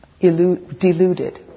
deluded